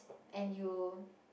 and you